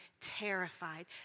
terrified